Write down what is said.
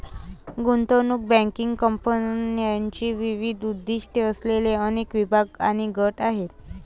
गुंतवणूक बँकिंग कंपन्यांचे विविध उद्दीष्टे असलेले अनेक विभाग आणि गट आहेत